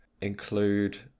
include